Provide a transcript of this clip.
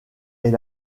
est